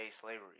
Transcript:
slavery